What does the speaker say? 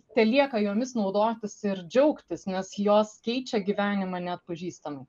telieka jomis naudotis ir džiaugtis nes jos keičia gyvenimą neatpažįstamai